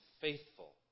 faithful